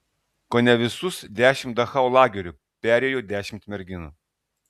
kone visus dešimt dachau lagerių perėjo dešimt merginų